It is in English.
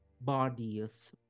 bodies